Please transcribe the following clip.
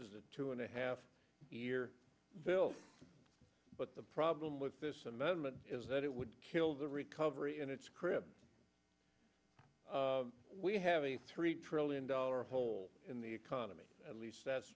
a two and a half year bill but the problem with this amendment is that it would kill the recovery in its crib we have a three trillion dollars hole in the economy at least that's